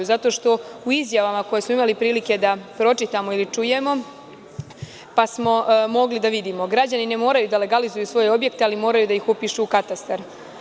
U izjavama koje smo imali prilike da pročitamo ili čujemo, mogli smo da vidimo da piše - Građani ne moraju da legalizuju svoje objekte, ali moraju da ih upišu u katastar.